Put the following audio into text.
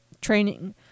training